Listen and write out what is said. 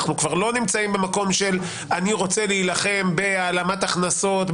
אנחנו כבר לא נמצאים במקום של: אני רוצה להילחם בהעלמת הכנסות,